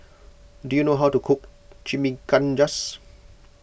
do you know how to cook Chimichangas